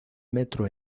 metro